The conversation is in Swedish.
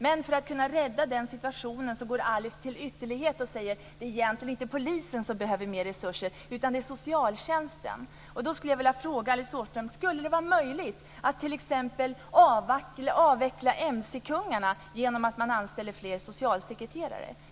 Men för att kunna rädda situationen går Alice till ytterlighet och säger: Det är egentligen inte polisen som behöver mer resurser, utan det är socialtjänsten. Jag tror inte det.